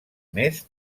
més